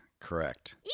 Correct